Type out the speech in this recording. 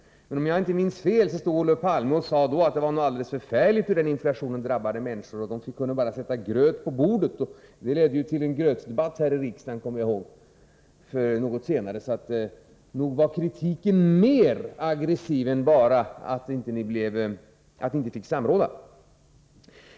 Men om jag inte minns fel stod Olof Palme vid det tillfället här och sade att det var något alldeles förfärligt hur inflationen drabbade människor; de kunde bara sätta gröt på bordet. Det ledde ju till en grötdebatt här i kammaren något senare, kommer jag ihåg. Nog var kritiken mer aggressiv, och den handlade inte bara om att ni inte fick vara med och samråda.